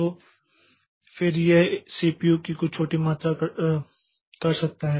तो फिर से यह सीपीयू की कुछ छोटी मात्रा कर सकता है